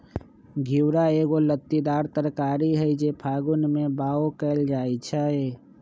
घिउरा एगो लत्तीदार तरकारी हई जे फागुन में बाओ कएल जाइ छइ